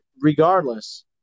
regardless